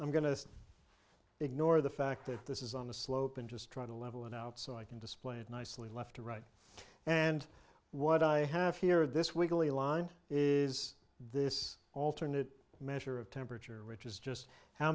i'm going to ignore the fact that this is on the slope and just try to level it out so i can display it nicely left or right and what i have here this week only aligned is this alternate measure of temperature which is just how